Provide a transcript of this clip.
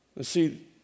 see